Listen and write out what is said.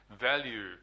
value